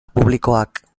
publikoak